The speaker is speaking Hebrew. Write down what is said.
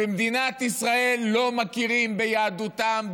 במדינת ישראל לא מכירים ביהדותם,